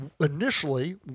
initially